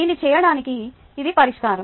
దీన్ని చేయడానికి ఇది పరిష్కారం